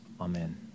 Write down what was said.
amen